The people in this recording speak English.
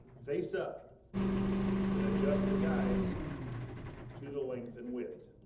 face up and adjust the guides to the length and width.